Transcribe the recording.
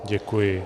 Děkuji.